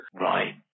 right